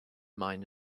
mine